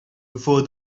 before